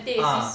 ah